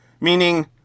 Meaning